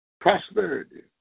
prosperity